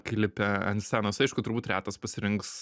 kai lipi ant scenos aišku turbūt retas pasirinks